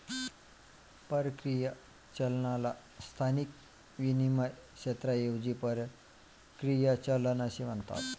परकीय चलनाला स्थानिक विनिमय क्षेत्राऐवजी परकीय चलन असे म्हणतात